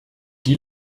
die